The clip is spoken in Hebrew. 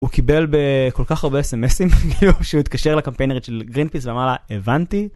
הוא קיבל בכל כך הרבה אסמסים, שהוא התקשר לקמפיינר של גרין פיס, ואמר לה, הבנתי.